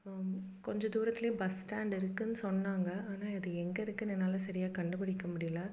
கொஞ்சம் தூரத்திலையே bus stand இருக்குதுன்னு சொன்னாங்க ஆனால் அது எங்கே இருக்குதுன்னு என்னால் சரியா கண்டுப்பிடிக்க முடியிலை